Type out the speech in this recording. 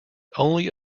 only